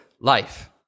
life